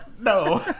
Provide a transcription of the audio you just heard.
No